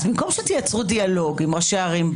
במקום שתייצרו דיאלוג עם ראשי ערים,